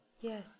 Yes